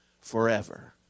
forever